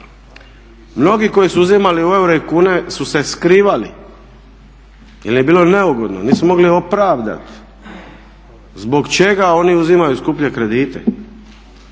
mnogi koji su uzimali u eure i kune su se skrivali jer im je bilo neugodno, nisu mogli opravdati zbog čega oni uzimaju skuplje kredite